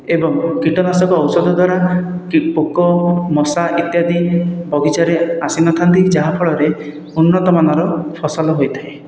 ଏବଂ କୀଟନାଶକ ଔଷଧ ଦ୍ୱାରା ପୋକ ମଶା ଇତ୍ୟାଦି ବଗିଚାରେ ଆସିନଥାନ୍ତି ଯାହା ଫଳରେ ଉନ୍ନତମାନର ଫସଲ ହୋଇଥାଏ